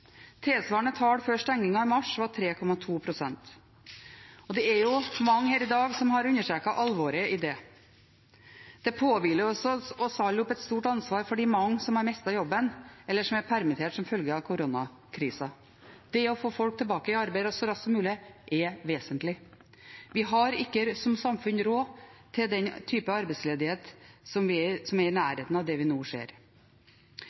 Tilsvarende tall før stengingen i mars var 3,2 pst. Det er mange her i dag som har understreket alvoret i det. Det påhviler oss alle et stort ansvar for de mange som har mistet jobben, eller som er permittert som følge av koronakrisa. Det å få folk tilbake i arbeid så raskt som mulig er vesentlig. Vi har som samfunn ikke råd til den type arbeidsledighet som er i nærheten av det vi nå ser. Situasjonen framover er